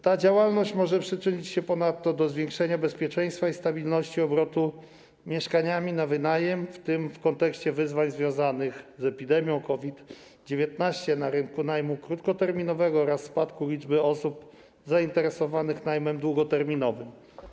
Ta działalność może ponadto przyczynić się do zwiększenia bezpieczeństwa i stabilności obrotu mieszkaniami na wynajem, w tym w kontekście wyzwań związanych z epidemią COVID-19 na rynku najmu krótkoterminowego oraz spadkiem liczby osób zainteresowanych najmem długoterminowym.